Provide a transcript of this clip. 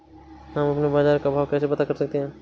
हम अपने बाजार का भाव कैसे पता कर सकते है?